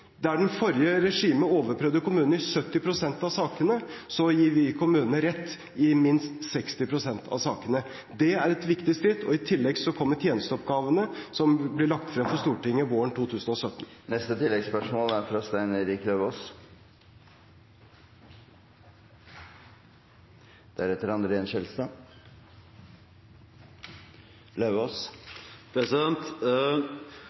kommunene rett i minst 60 pst. av sakene. Det er et viktig skritt. I tillegg kommer tjenesteoppgavene, som blir lagt frem for Stortinget våren 2017.